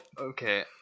okay